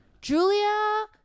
Julia